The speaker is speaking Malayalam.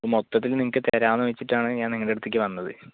മൊത്തത്തിൽ നിങ്ങൾക്ക് തരാമെന്ന് വെച്ചിട്ടാണ് ഞാൻ നിങ്ങളെ അടുത്തേക്ക് വന്നത്